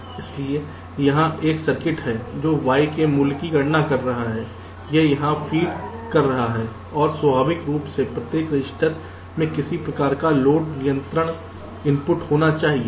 इसलिए यहां एक सर्किट है जो Y के मूल्य की गणना कर रहा है और यह यहाँ फीड कर रहा है और स्वाभाविक रूप से प्रत्येक रजिस्टर में किसी प्रकार का लोड नियंत्रण इनपुट होना चाहिए